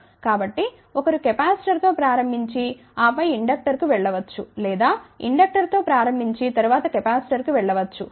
కాబట్టి ఒకరు కెపాసిటర్తో ప్రారంభించి ఆపై ఇండక్టర్కు వెళ్ల వచ్చు లేదా ఇండక్టర్తో ప్రారంభించి తరువాత కెపాసిటర్కు వెళ్ళ వచ్చు